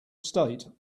state